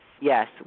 Yes